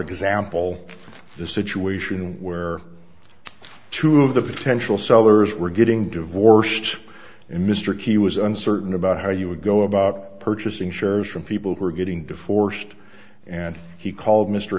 example the situation where two of the potential sellers were getting divorced and mr key was uncertain about how you would go about purchasing shares from people who are getting to forced and he called mr